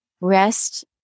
Rest